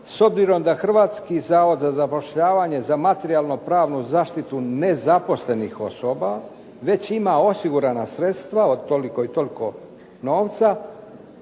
"S obzirom da Hrvatski zavod za zapošljavanje za materijalno-pravnu zaštitu nezaposlenih osoba već ima osigurana sredstva od toliko i toliko novca